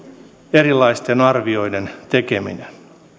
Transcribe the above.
erilaisten arvioiden tekeminen